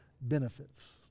benefits